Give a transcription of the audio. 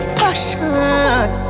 fashion